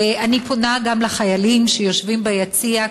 אני פונה גם לחיילים שיושבים ביציע,